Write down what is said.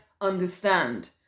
understand